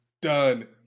Done